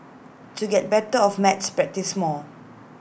to get better of maths practise more